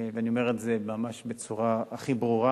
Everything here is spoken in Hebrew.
ואני אומר את זה ממש בצורה הכי ברורה,